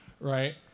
right